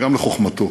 וגם לחוכמתו,